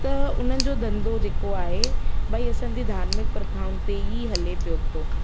त उन्हनि जो धंधो जेको आहे भई असां जे धार्मिक प्रथाउनि ते ई हले पियो थो